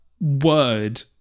word